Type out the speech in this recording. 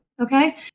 okay